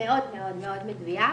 מאוד מאוד מדויק.